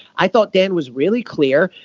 i thought dan was really clear.